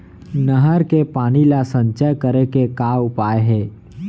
नहर के पानी ला संचय करे के का उपाय हे?